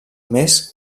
més